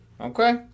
Okay